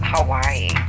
Hawaii